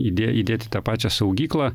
idė įdėt į tą pačią saugyklą